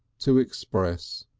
to express.